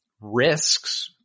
risks